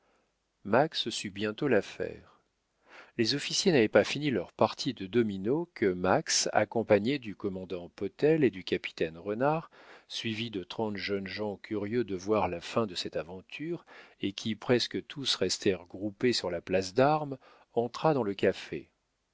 sut bientôt l'affaire les officiers n'avaient pas fini leur partie de dominos que max accompagné du commandant potel et du capitaine renard suivi de trente jeunes gens curieux de voir la fin de cette aventure et qui presque tous restèrent groupés sur la place d'armes entra dans le café